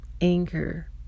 anger